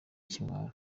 ikimwaro